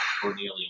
Cornelia